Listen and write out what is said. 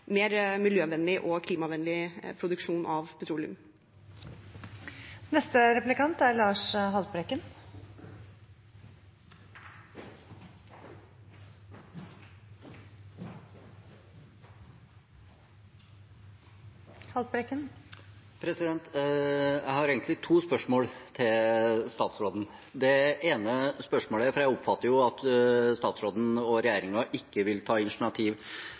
miljøvennlig og klimavennlig produksjon av petroleum. Jeg har egentlig to spørsmål til statsråden, for jeg oppfatter jo at statsråden og regjeringen ikke vil ta initiativ